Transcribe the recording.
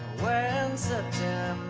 when september